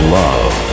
love